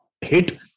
hit